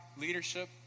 leadership